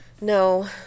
no